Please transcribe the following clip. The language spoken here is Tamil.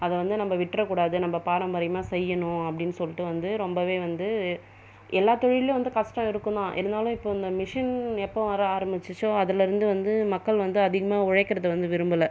அதை வந்து நம்ம விட்டுற கூடாது நம்ம பாரம்பரியமாக செய்யணும் அப்படின்னு சொல்லிட்டு வந்து ரொம்பவே வந்து எல்லாத் தொழிலும் வந்து கஷ்டம் இருக்குதான் இருந்தாலும் இப்போ இந்த மிஷின் எப்போது வர ஆரம்பிச்சிச்சோ அதிலேருந்து வந்து மக்கள் வந்து அதிகமாக உழைக்கிறததை வந்து விரும்பலை